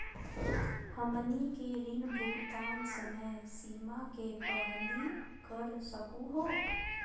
हमनी के ऋण भुगतान समय सीमा के पहलही कर सकू हो?